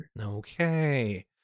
Okay